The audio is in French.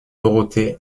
dorothée